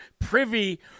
privy